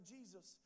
Jesus